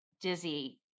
dizzy